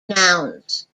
nouns